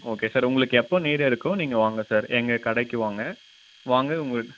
okay sir உங்களுக்கு எப்போ நேரம் இருக்கோ நீங்கள் வாங்க சார் எங்கள் கடைக்கு வாங்க வாங்க உங்கள்